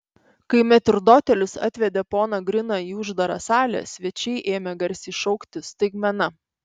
kai metrdotelis atvedė poną griną į uždarą salę svečiai ėmė garsiai šaukti staigmena